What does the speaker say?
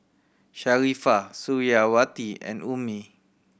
Sharifah Suriawati and Ummi